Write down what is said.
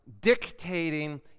dictating